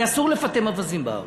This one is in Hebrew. הרי אסור לפטם אווזים בארץ,